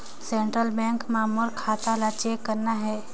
Central bank मां मोर खाता ला चेक करना हे?